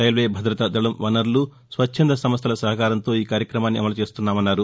railway భద్రత దళం వనరులు స్వచ్చంద సంస్థల సహకారంతో ఈ కార్యక్రమాన్ని అమలు చేస్తున్నామన్నారు